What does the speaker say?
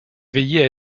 veiller